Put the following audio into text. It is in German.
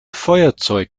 feuerzeug